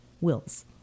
wills